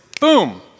Boom